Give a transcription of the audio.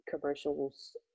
commercials